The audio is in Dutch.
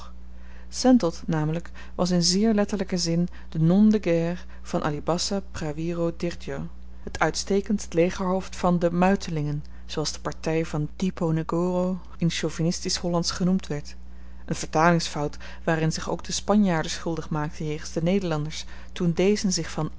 sentot namelyk was in zeer letterlyken zin de nom de guerre van alibassa prawiro dirdjo t uitstekendst legerhoofd van de muitelingen zooals de party van diepo negoro in chauvinistisch hollandsch genoemd werd een vertalingsfout waaraan zich ook de spanjaarden schuldig maakten jegens de nederlanders toen dezen zich van